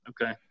okay